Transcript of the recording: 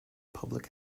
public